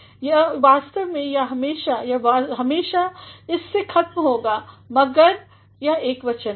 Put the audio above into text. तो यह वास्तव में यह हमेशा यह हमेशा इस से ख़तम होंगे मगर यह एकवचन हैं